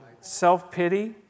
self-pity